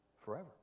forever